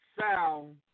sound